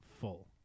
full